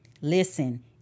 Listen